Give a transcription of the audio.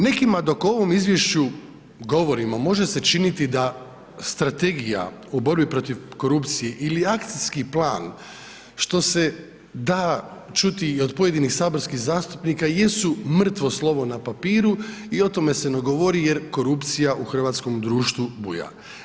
Nekima dok o ovom izvješću govorim može se činiti da Strategija o borbi protiv korupcije ili akcijski plan što se da čuti i od pojedinih saborskih zastupnika jesu mrtvo slovo na papiru i o tome se ne govori jer korupcija u hrvatskom društvu buja.